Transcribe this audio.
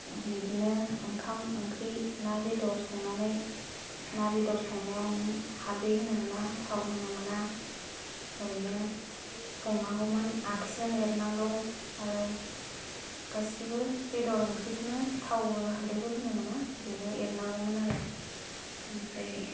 बिदिनो ओंखाम ओंख्रि ना बेदर संनानै ना बेदर संनायाव हाल्दै होनो मोना थाव होनो मोना ओरैनो संनांगौमोन आगसिजों एरनांगौ आरो गासिबो बेदर ओंख्रिखौनो थावबो हाल्दैबो होनो मोना ओरैनो एरनांगौमोन आरो ओमफ्राय